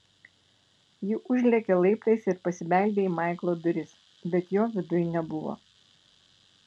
ji užlėkė laiptais ir pasibeldė į maiklo duris bet jo viduj nebuvo